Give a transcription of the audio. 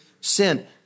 sin